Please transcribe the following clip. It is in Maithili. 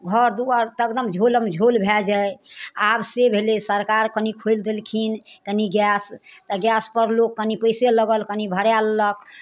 घर दुआरि तऽ एकदम झोलम झोल भए जाय आब से भेलै सरकार कनि खोलि देलखिन कनि गैस तऽ गैसपर लोक कनि पइसे लगल कनि भराए लेलक